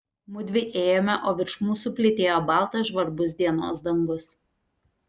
mudvi ėjome o virš mūsų plytėjo baltas žvarbus dienos dangus